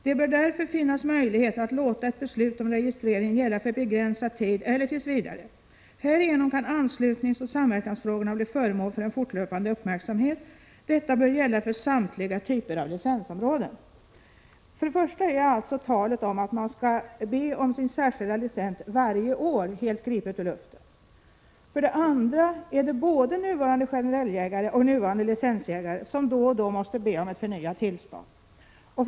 Det bör därför finnas möjlighet att låta ett beslut om registrering gälla för begränsad tid eller tills vidare. Härigenom kan anslutningsoch samverkansfrågorna bli föremål för en fortlöpande uppmärksamhet. Detta bör gälla för samtliga typer av licensområden.” För det första är alltså talet om att man skulle be om sin särskilda licens varje år helt gripet ur luften. För det andra är det både nuvarande generelljägare och nuvarande licensjägare som då och då måste be om förnyat tillstånd.